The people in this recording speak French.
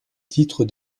titre